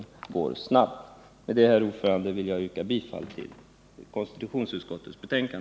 Herr talman! Med det anförda yrkar jag bifall till utskottets hemställan.